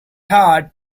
had